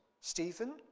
Stephen